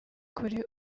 kuri